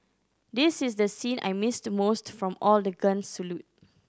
this is the scene I missed most from all the guns salute